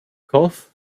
cough